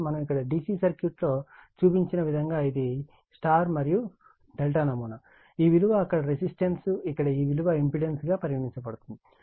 కాబట్టి మనము అక్కడ DC సర్క్యూట్లో చూపించిన విధంగా ఇది ఇది Y మరియు ∆ నమూనా ఈ విలువ అక్కడ రెసిస్టెన్స్ ఇక్కడ ఈ విలువ ఇంపెడెన్స్ గా పరిగణించబడుతుంది